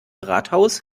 rathaus